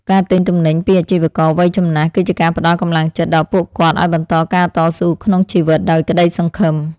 ការទិញទំនិញពីអាជីវករវ័យចំណាស់គឺជាការផ្ដល់កម្លាំងចិត្តដល់ពួកគាត់ឱ្យបន្តការតស៊ូក្នុងជីវិតដោយក្ដីសង្ឃឹម។